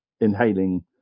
inhaling